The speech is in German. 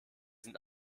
sind